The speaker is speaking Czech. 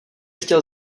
chtěl